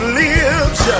lives